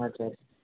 अच्छा अच्छा